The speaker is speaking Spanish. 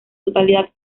totalidad